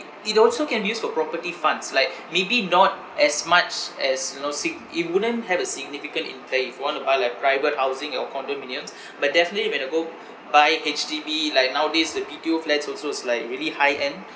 it also can be used for property funds like maybe not as much as you know sig~ it wouldn't have a significant impact if you want to buy like private housing or condominiums but definitely when you go buy H_D_B like nowadays the B_T_O flats also it's like really high end